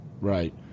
Right